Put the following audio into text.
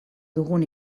dugun